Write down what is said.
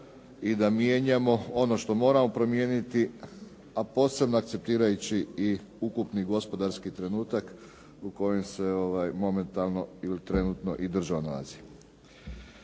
i da mijenjamo ono što moramo promijeniti, a posebno akceptirajući i ukupni gospodarski trenutak u kojem se momentalno ili trenutno i država nalazi.